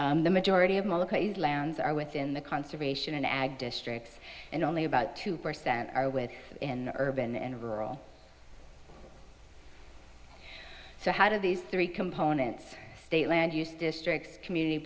the majority of lands are within the conservation and ag districts and only about two percent are with in urban and rural so how do these three components state land use districts community